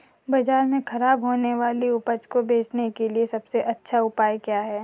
बाजार में खराब होने वाली उपज को बेचने के लिए सबसे अच्छा उपाय क्या है?